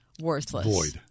worthless